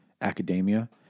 academia